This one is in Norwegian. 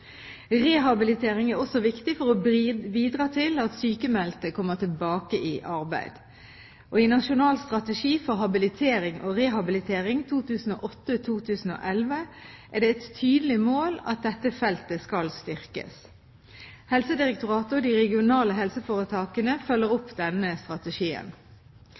Rehabilitering er også viktig for å bidra til at sykmeldte kommer tilbake i arbeid. I Nasjonal strategi for habilitering og rehabilitering 2008–2011 er det et tydelig mål at dette feltet skal styrkes. Helsedirektoratet og de regionale helseforetakene følger opp denne strategien.